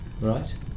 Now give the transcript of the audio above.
right